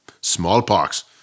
smallpox